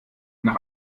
nach